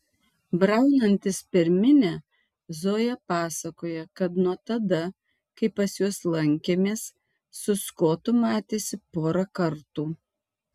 braunantis per minią zoja pasakoja kad nuo tada kai pas juos lankėmės su skotu matėsi porą kartų